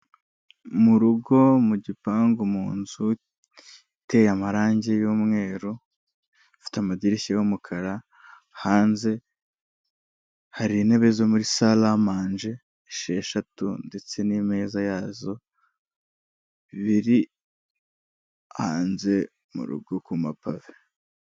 Mu rugo, mu gipangu, mu nzu iteye amarangi y'umweru, ifite amadirishya y'umukara, hanze hari intebe zo muri saramanje esheshatu ndetse n'imeza yazo, biri hanze, mu rugo ku mapave.